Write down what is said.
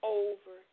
over